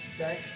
Okay